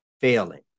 failing